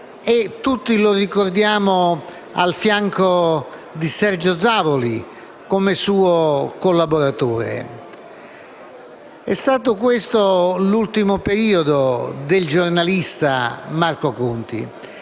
e tutti lo ricordiamo al fianco di Sergio Zavoli, come suo collaboratore. È stato questo l'ultimo periodo del giornalista Marco Conti.